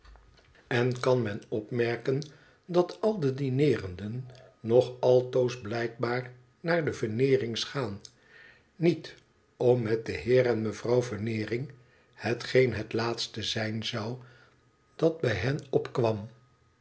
en kan men opmerken dat al de dineerenden nog altoos blijkbaar naar de veneerings gaan niet om met den heer en mevrouw veneering hetgeen het laatste zijn zou dat bij hen opkwam